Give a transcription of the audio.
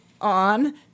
on